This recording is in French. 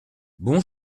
bons